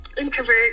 introvert